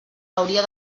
hauria